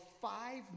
five